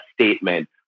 statement